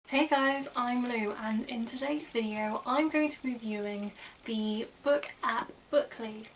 hey guys, i'm lou and in today's video i'm going to reviewing the book app, bookly.